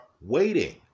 waiting